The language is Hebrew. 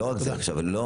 לא רק זה אלא גם